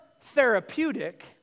therapeutic